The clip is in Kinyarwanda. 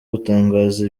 gutangaza